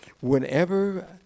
Whenever